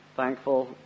Thankful